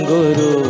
Guru